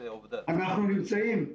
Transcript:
אנחנו נמצאים,